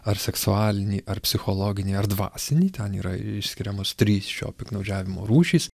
ar seksualinį ar psichologinį ar dvasinį ten yra išskiriamos trys šio piktnaudžiavimo rūšys